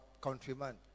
countryman